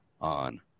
on